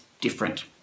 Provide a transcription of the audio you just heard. different